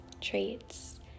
traits